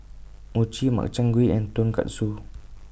Mochi Makchang Gui and Tonkatsu